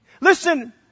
Listen